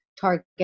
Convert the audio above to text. target